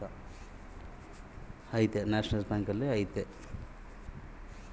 ನಾನು ಮೊಬೈಲಿನಲ್ಲಿ ನಿಮ್ಮ ಬ್ಯಾಂಕಿನ ಅಪ್ಲಿಕೇಶನ್ ಹಾಕೊಂಡ್ರೆ ರೇಚಾರ್ಜ್ ಮಾಡ್ಕೊಳಿಕ್ಕೇ ಅವಕಾಶ ಐತಾ?